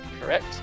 Correct